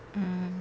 mm